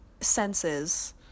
senses